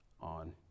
on